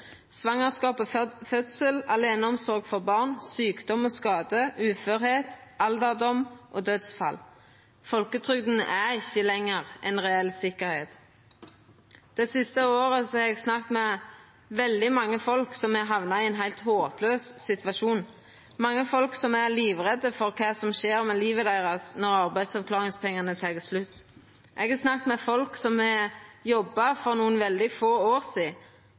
fødsel, åleineomsorg for barn, sjukdom og skade, uførleik, alderdom og dødsfall. Folketrygda er ikkje lenger ei reell sikkerheit. Det siste året har eg snakka med veldig mange som har hamna i ein heilt håplaus situasjon, mange som er livredde for kva som skjer med livet deira når arbeidsavklaringspengane tek slutt. Eg har snakka med folk som har jobba for veldig få år sidan,